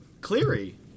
Cleary